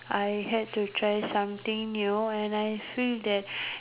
I had to try something new and I feel that